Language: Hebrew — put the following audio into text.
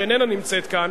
שאיננה נמצאת כאן,